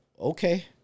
okay